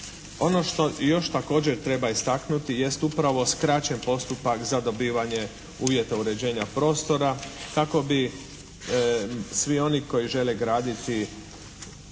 Ono što još također treba istaknuti jest upravo skraćen postupak za dobivanje uvjeta uređenja prostora kako bi svi oni koji žele graditi